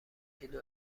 کیلو